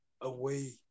away